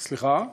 סליחה?